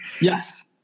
yes